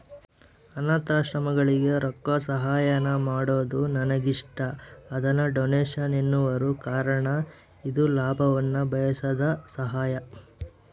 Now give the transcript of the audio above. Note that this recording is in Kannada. ಅನಾಥಾಶ್ರಮಗಳಿಗೆ ರೊಕ್ಕಸಹಾಯಾನ ಮಾಡೊದು ನನಗಿಷ್ಟ, ಅದನ್ನ ಡೊನೇಷನ್ ಎನ್ನುವರು ಕಾರಣ ಇದು ಲಾಭವನ್ನ ಬಯಸದ ಸಹಾಯ